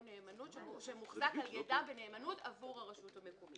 נאמנות של מורשה מוחזק על ידם בנאמנות עבור הרשות המקומית.